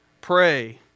Pray